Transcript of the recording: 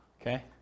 Okay